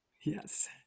Yes